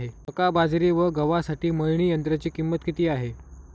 मका, बाजरी व गव्हासाठी मळणी यंत्राची किंमत किती आहे?